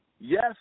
yes